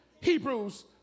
Hebrews